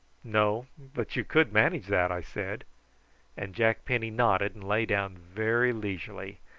no, but you could manage that, i said and jack penny nodded and lay down very leisurely,